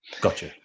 Gotcha